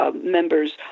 members